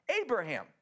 Abraham